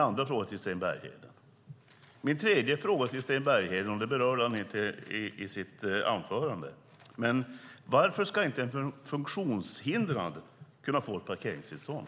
Sedan finns det en fråga som Sten Bergheden inte berörde i sitt anförande. Varför ska inte en funktionshindrad få ett parkeringstillstånd?